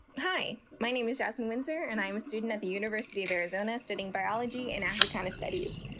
hi. my name is jazmyn winzer and i'm a student at the university of arizona studying biology and africana studies.